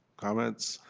comments?